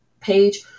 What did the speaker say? page